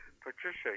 patricia